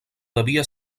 devia